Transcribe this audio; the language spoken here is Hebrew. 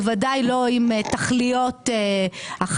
בוודאי לא עם תכליות החקיקה,